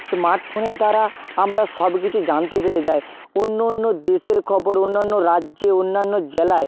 স্মার্টফোনের দ্বারা আমরা সবকিছু জানতে পেরে যাই অন্য অন্য দেশের খবর অন্যান্য রাজ্যে অন্যান্য জেলায়